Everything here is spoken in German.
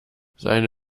seine